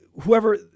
whoever